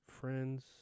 Friends